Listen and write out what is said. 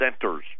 Centers